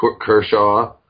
Kershaw